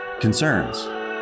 concerns